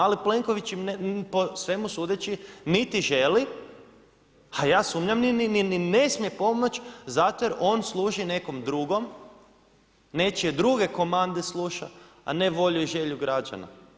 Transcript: Ali Plenković po svemu sudeći niti želi, a ja sumnjam ni ne smije pomoći zato jer on služi nekom drugom, nečije druge komande sluša, a ne volju i želju građana.